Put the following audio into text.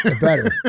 Better